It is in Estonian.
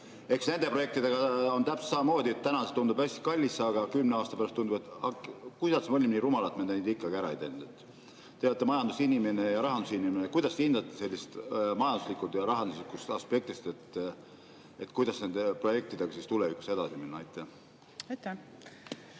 Eks nende projektidega on täpselt samamoodi: täna tundub hästi kallis, aga kümne aasta pärast tundub, et kuidas me olime nii rumalad, et me neid ära ei teinud. Te olete majandusinimene ja rahandusinimene, kuidas te hindate majanduslikust ja rahanduslikust aspektist, kuidas nende projektidega tulevikus edasi minna? Aitäh,